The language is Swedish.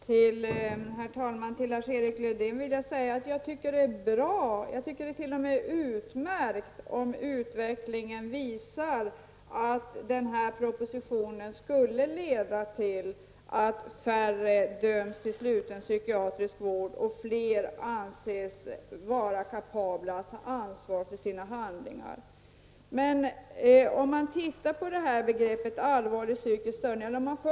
Herr talman! Till Lars-Erik Lövdén vill jag säga att jag tycker att det är bra, t.o.m. utmärkt, om utvecklingen visar att den här propositionen leder till att färre döms till sluten psykiatrisk vård och fler anses vara kapabla att ta ansvar för sina handlingar. I fråga om begreppet allvarlig psykisk störning vill jag säga följande.